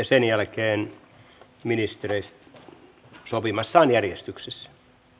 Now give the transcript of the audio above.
sen jälkeen ministerit sopimassaan järjestyksessä